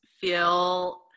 feel